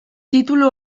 titulu